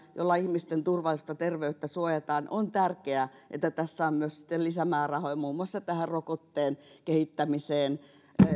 joilla ihmisten turvallisuutta ja terveyttä suojataan on tärkeää että tässä on sitten myös lisämäärärahoja muun muassa tähän rokotteen kehittämiseen